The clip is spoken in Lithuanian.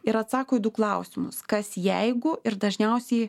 ir atsako į du klausimus kas jeigu ir dažniausiai